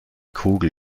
kugel